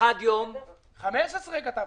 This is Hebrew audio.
אנחנו ביקשנו 15 יום.